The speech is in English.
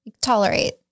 Tolerate